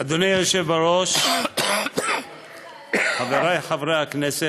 אדוני היושב-ראש, חברי חברי הכנסת,